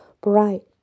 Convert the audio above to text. bright